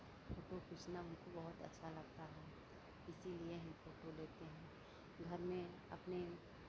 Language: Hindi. फोटो खींचना हमको बहुत अच्छा लगता है इसीलिए हम फोटो लेते हैं घर में अपने